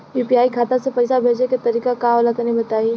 UPI खाता से पइसा भेजे के तरीका का होला तनि बताईं?